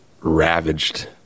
ravaged